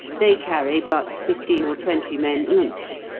they carry but fifteen or twenty men each,